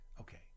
Okay